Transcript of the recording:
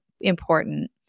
important